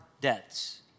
debts